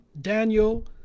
Daniel